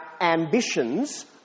ambitions